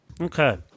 Okay